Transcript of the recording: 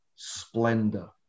Splendor